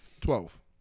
Twelve